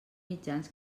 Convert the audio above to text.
mitjans